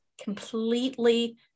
completely